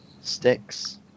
sticks